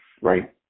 right